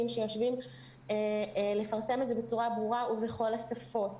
שיושבים לפרסם את זה בצורה ברורה ובכל השפות.